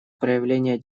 проявление